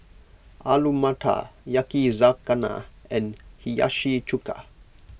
Alu Matar Yakizakana and Hiyashi Chuka